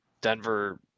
Denver